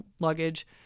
luggage